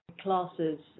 classes